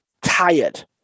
tired